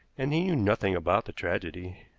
and he knew nothing about the tragedy.